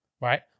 right